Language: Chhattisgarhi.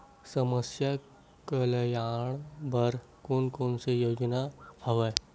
समस्या कल्याण बर कोन कोन से योजना हवय?